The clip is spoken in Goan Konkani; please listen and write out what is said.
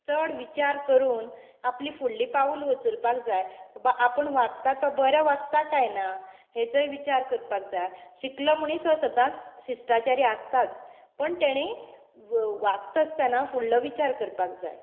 चड विचार करून आपली फुडली पावल उचलपाक जाय आपूण वागता तो बरो वागता कांय ना हाचोय विचार करपाक जाय शिकलो मनीस हो सदांच शिश्टाचारी आसताच पूण तेणे व वागता आसतना फुडलो विचार करपाक जाय